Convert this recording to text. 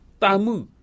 tamu